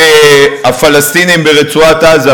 את הפלסטינים ברצועת-עזה,